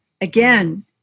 again